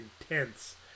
intense